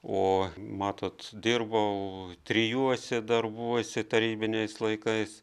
o matot dirbau trijuose darbuose tarybiniais laikais